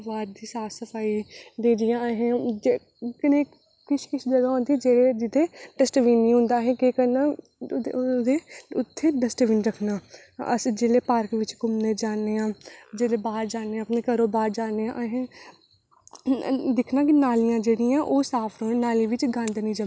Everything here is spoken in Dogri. उसी तलने लग्गी ते कन्नै कन्नै मेरी खीर बना दी ही ते ओह्दे कन्नै केह् होआ कि ओह् जेह्ड़ी मेरी रुट्टी ही ओह् बड़ी जल्दी बनी ते रुट्टी ते बनी फ्ही में करना हा थोह्ड़ा सनैक्स दा इंतजाम ते रुट्टी मेरी बनी एह् रुट्टी मेरी बनी जल्दी भी सनैक्स आस्तै में बड़ी परेशान में सनैक्स कियां बनांऽ ते में केह् कीता फटाफट